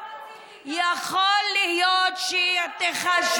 יכול להיות שעכשיו החוק הזה יעבור.